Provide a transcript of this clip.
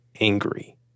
angry